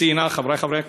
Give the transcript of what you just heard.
חברי חברי הכנסת,